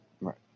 right